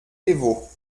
dévot